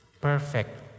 Perfect